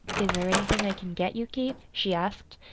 is there anything i can get you, keith? she asked,